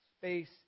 space